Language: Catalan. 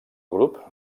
grup